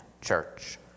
church